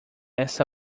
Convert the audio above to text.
essa